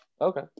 Okay